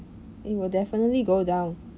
it will definitely go down